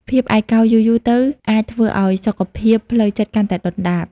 ភាពឯកោយូរៗទៅអាចធ្វើឲ្យសុខភាពផ្លូវចិត្តកាន់តែដុនដាប។